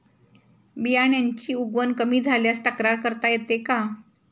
बियाण्यांची उगवण कमी झाल्यास तक्रार करता येते का?